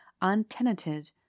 untenanted